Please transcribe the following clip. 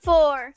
Four